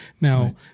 now